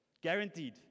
Guaranteed